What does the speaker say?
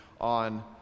on